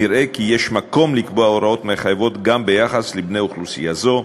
נראה כי יש מקום לקבוע הוראות מחייבות גם ביחס לבני אוכלוסייה זו.